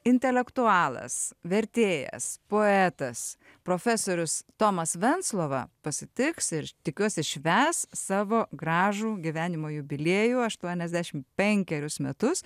intelektualas vertėjas poetas profesorius tomas venclova pasitiks ir tikiuosi švęs savo gražų gyvenimo jubiliejų aštuoniasdešim penkerius metus